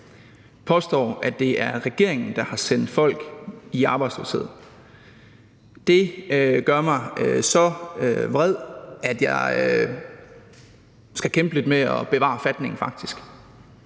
påstår, at det er regeringen, der har sendt folk i arbejdsløshed, gør mig så vred, at jeg faktisk skal kæmpe lidt med at bevare forfatningen.